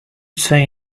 say